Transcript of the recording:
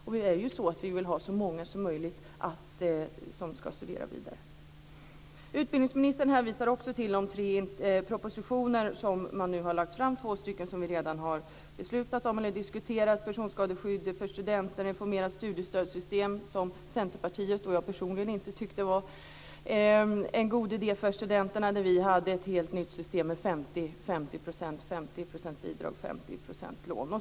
Och det är ju så att vi vill att så många som möjligt ska studera vidare. Utbildningsministern hänvisade också till de tre propositioner som man nu har lagt fram. Två stycken har vi redan beslutat om eller diskuterat. Det gäller personskadeskydd för studenter. Det gäller reformerat studiestödssystem, som Centerpartiet och jag personligen inte tyckte var en god idé för studenterna. Vi hade ett helt nytt system med 50-50, 50 % bidrag och 50 % lån.